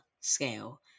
scale